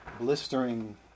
blistering